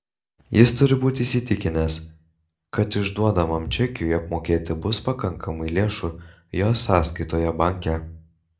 jis turi būti įsitikinęs kad išduodamam čekiui apmokėti bus pakankamai lėšų jo sąskaitoje banke